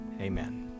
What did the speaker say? amen